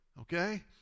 Okay